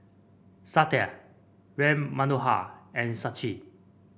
Satya Ram Manohar and Sachin